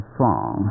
song